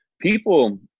people –